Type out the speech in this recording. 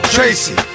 Tracy